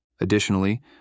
Additionally